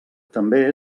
també